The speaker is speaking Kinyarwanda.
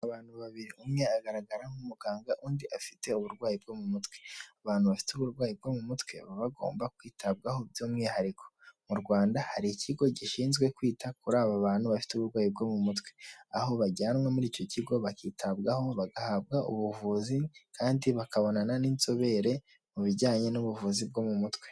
Abantu babiri, umwe agaragara nk'umuganga undi afite uburwayi bwo mu mutwe; abantu bafite uburwayi bwo mu mutwe bagomba kwitabwaho, by'umwihariko mu Rwanda hari ikigo gishinzwe kwita kuri aba bantu bafite uburwayi bwo mu mutwe, aho bajyanwa muri icyo kigo bakitabwaho bagahabwa ubuvuzi kandi bakabonana n'inzobere mu bijyanye n'ubuvuzi bwo mu mutwe.